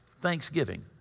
thanksgiving